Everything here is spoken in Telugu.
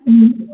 అ